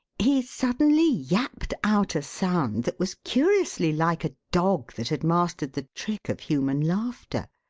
he suddenly yapped out a sound that was curiously like a dog that had mastered the trick of human laughter,